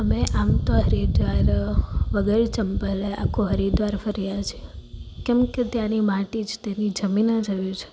મેં આમ તો હરિદ્વાર વગર ચંપલે આખું હરિદ્વાર ફર્યાં છીએ કેમકે તેની માટી જ તેની જમીન જ એવી છે